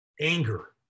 anger